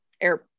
air